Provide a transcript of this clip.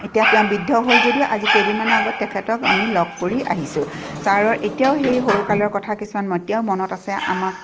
এতিয়া তেওঁ বৃদ্ধ হ'ল যদিও আজি কেইদিনমানৰ আগত তেখেতক আমি লগ কৰি আহিছোঁ ছাৰৰ এতিয়াও সেই সৰুকালৰ কথা কিছুমান এতিয়াও মনত আছে আমাক